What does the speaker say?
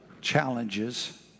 challenges